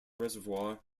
reservoir